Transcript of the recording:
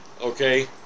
okay